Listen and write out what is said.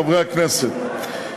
חברי הכנסת,